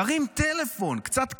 תרים טלפון, קצת כבוד.